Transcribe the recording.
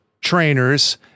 trainers